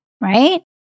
right